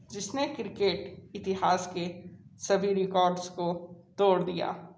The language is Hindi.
जिस ने क्रिकेट इतिहास के सभी रिकॉर्ड्स को तोड़ दिया